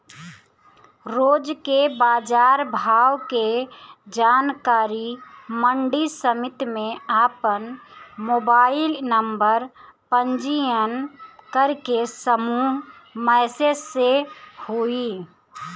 रोज के बाजार भाव के जानकारी मंडी समिति में आपन मोबाइल नंबर पंजीयन करके समूह मैसेज से होई?